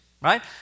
right